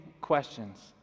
questions